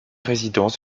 résidence